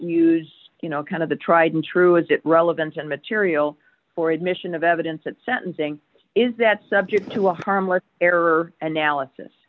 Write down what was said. use you know kind of the tried and true is it relevant and material for admission of evidence that sentencing is that subject to a harmless error analysis